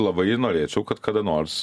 labai norėčiau kad kada nors